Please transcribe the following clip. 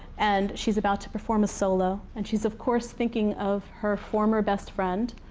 and she's about to perform a solo. and she's, of course, thinking of her former best friend,